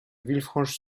villefranche